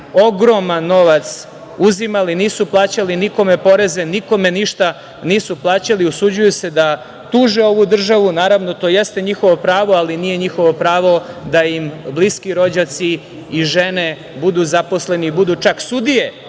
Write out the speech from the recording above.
ogroman novac uzimali, nisu plaćali nikome poreze, nikome ništa nisu plaćali, usuđuju se da tuže ovu državu. Naravno to jeste njihovo pravo, ali nije njihovo pravo da im bliski rođaci i žene budu zaposleni, budu čak sudije